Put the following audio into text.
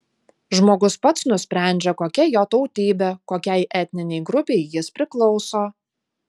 žmogus pats nusprendžia kokia jo tautybė kokiai etninei grupei jis priklauso